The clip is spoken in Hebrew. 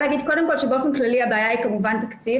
קודם כל באופן כללי הבעיה היא כמובן תקציב,